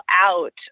out